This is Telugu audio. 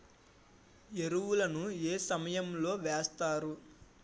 ఎరువుల ను ఏ సమయం లో వేస్తారు?